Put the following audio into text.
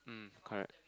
mm correct